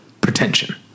pretension